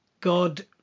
God